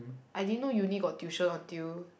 I didn't know Uni got tuition until